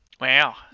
Wow